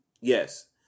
yes